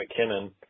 McKinnon